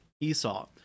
Esau